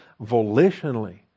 Volitionally